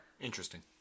Interesting